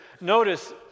notice